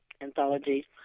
anthology